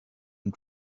and